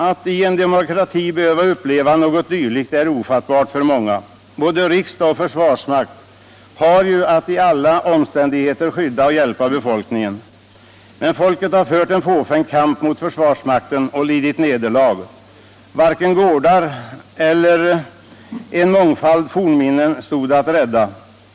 Att i en demokrati behöva uppleva något dylikt är ofattbart för många. Både riksdag och försvarsmakt har ju att i alla lägen skydda och hjälpa befolkningen. Men folket har fört en fåfäng kamp mot försvarsmakten och lidit nederlag. Varken gårdar eller en mångfald fornminnen stod att rädda.